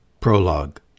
Prologue